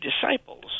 disciples